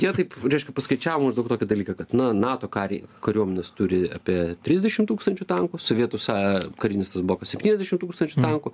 jie taip reiškia paskaičiavo maždaug tokį dalyką kad na nato kariai kariuomenės turi apie trisdešim tūkstančių tankų sovietų sa karinis tas blokas septyniasdešim tūkstančių tankų